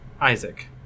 Isaac